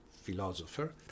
philosopher